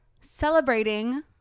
celebrating